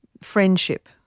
friendship